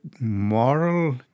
moral